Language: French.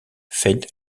feit